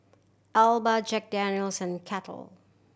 Alba Jack Daniel's and Kettle